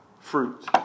fruit